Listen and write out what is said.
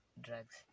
drugs